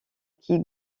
qui